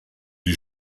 die